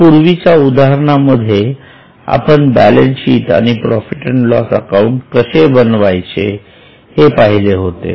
यापूर्वीच्या उदाहरणांमध्ये आपण बॅलन्स शीट आणि प्रॉफिट अँड लॉस अकाउंट कसे बनवायचे हे पाहिले होते